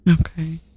okay